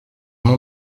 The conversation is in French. nom